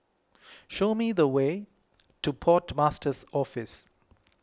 show me the way to Port Master's Office